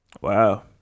Wow